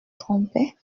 trompais